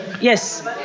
yes